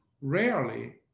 rarely